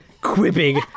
quipping